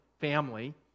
family